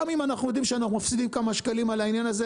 גם אם אנחנו יודעים שאנחנו מפסידים כמה שקלים על העניין הזה.